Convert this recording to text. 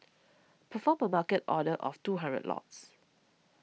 perform a Market order of two hundred lots